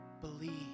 believe